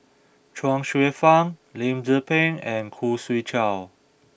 Chuang Hsueh Fang Lim Tze Peng and Khoo Swee Chiow